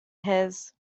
his